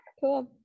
Cool